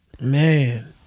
Man